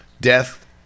Death